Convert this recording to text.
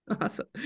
Awesome